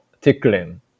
tickling